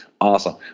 Awesome